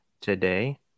today